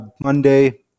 Monday